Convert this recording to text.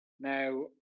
Now